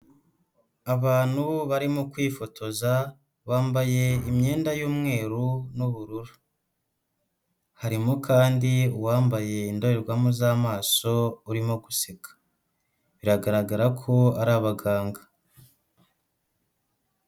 Abantu barimo kwifotoza bambaye imyenda y'umweru n'ubururu. Harimo kandi uwambaye indorerwamo z'amaso urimo guseka, biragaragara ko ari abaganga.